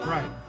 Right